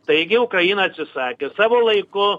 taigi ukraina atsisakė savo laiku